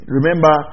Remember